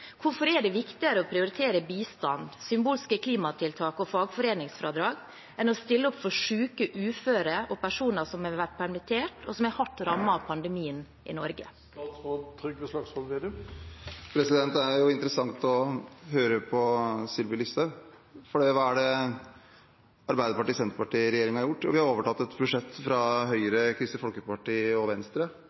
Hvorfor er det viktigere å prioritere bistand, symbolske klimatiltak og fagforeningsfradrag enn å stille opp for syke, uføre og personer som har vært permittert, og som er hardt rammet av pandemien i Norge? Det er interessant å høre på Sylvi Listhaug, for hva er det Arbeiderparti–Senterparti-regjeringen har gjort? Jo, vi har overtatt et budsjett fra Høyre, Kristelig Folkeparti og Venstre,